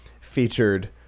featured